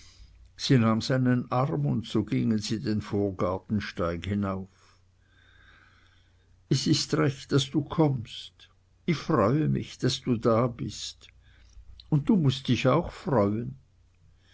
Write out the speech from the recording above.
seinen arm und so gingen sie den vorgartensteig hinauf es ist recht daß du kommst ich freue mich daß du da bist und du mußt dich auch freuen